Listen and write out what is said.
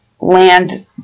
land